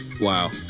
wow